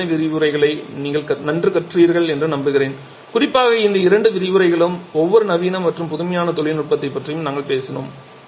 இந்த நவீன விரிவுரைகளை நன்று கற்றீர்கள் என்று நம்புகிறேன் குறிப்பாக இந்த இரண்டு விரிவுரைகளும் ஒவ்வொரு நவீன மற்றும் புதுமையான தொழில்நுட்பத்தைப் பற்றியும் நாங்கள் பேசுகிறோம்